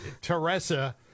Teresa